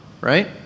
right